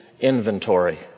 inventory